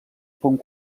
pont